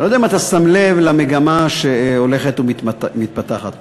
אני לא יודע אם אתה שם לב למגמה שהולכת ומתפתחת פה.